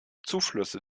zuflüsse